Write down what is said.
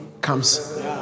comes